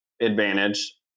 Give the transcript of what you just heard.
advantage